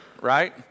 right